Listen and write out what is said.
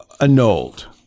annulled